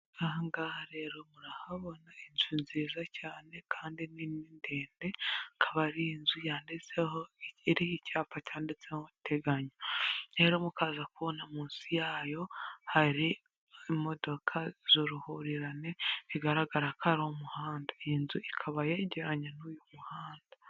Aha ngaha rero murahabona inzu nziza cyane kandi nini ndende, ikaba ari inzu yanditseho, iriho icyapa cyanditseho Teganya. Rero mukaza kubona munsi yayo hari imodoka z'uruhurirane bigaragara ko ari umuhanda. Iyi nzu ikaba yegeranye n'uyu muhanda.